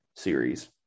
series